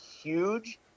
huge